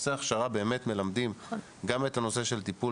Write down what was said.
בקורסי הכשרה מלמדים גם את הנושא של טיפול